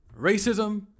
racism